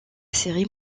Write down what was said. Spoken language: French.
série